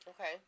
Okay